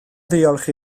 ddiolch